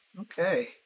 okay